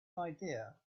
idea